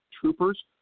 Troopers